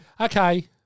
Okay